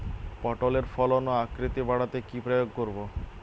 পটলের ফলন ও আকৃতি বাড়াতে কি প্রয়োগ করব?